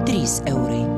trys eurai